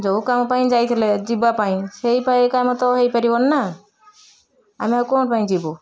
ଯୋଉ କାମ ପାଇଁ ଯାଇଥିଲେ ଯିବାପାଇଁ ସେଇପାଇଁ କାମ ତ ହେଇ ପାରିବନି ନା ଆମେ ଆଉ କଣପାଇଁ ଯିବୁ